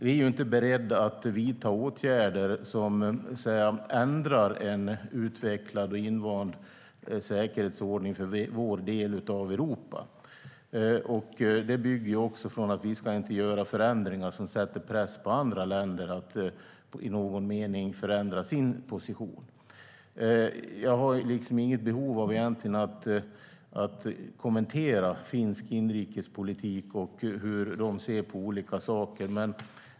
Vi är inte beredda att vidta åtgärder som ändrar en utvecklad och invand säkerhetsordning för vår del av Europa. Det bygger också på att vi inte ska göra förändringar som sätter press på andra länder att i någon mening förändra sin position. Jag har egentligen inget behov av att kommentera finsk inrikespolitik och hur de ser på olika saker.